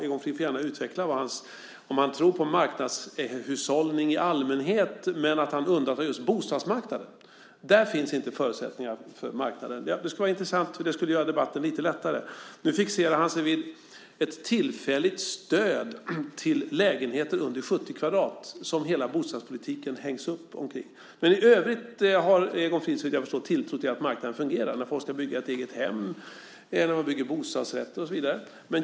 Egon Frid får gärna utveckla om det är så att han tror på marknadshushållning i allmänhet men undantar just bostadsmarknaden. Där finns inte förutsättningar för marknaden, tydligen. Det skulle vara intressant att höra detta, och det skulle göra debatten lite lättare. Egon Frid är nu fixerad vid ett tillfälligt stöd till lägenheter under 70 kvadratmeter, som hela bostadspolitiken hängs upp på. I övrigt har han, såvitt jag förstår, tilltro till att marknaden fungerar. När folk ska bygga ett eget hem, när man bygger bostadsrätter och så vidare fungerar den tydligen.